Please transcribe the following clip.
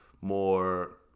more